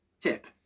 Tip